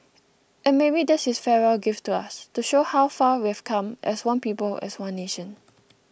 and maybe that's his farewell gift to us to show how far we've come as one people as one nation